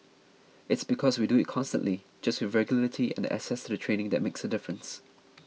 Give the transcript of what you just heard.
its because we do it constantly just with regularity and the access to the training that makes a difference